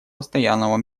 постоянного